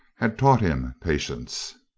had taught him patience.